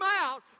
out